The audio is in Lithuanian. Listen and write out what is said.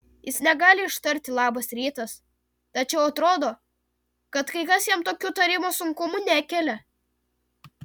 jis negali ištarti labas rytas tačiau atrodo kad kai kas jam jokių tarimo sunkumų nekelia